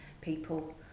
people